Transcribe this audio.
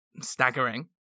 staggering